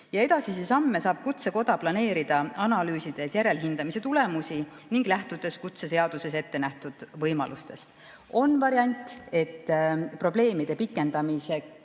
Edasisi samme saab Kutsekoda planeerida, analüüsides järelhindamise tulemusi ning lähtudes kutseseaduses ettenähtud võimalustest. On variant, et probleemide lahendamiseks